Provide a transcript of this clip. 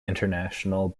international